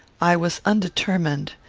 i was undetermined.